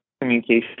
communication